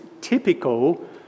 typical